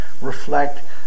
reflect